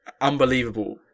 unbelievable